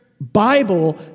Bible